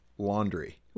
laundry